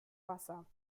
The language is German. wasser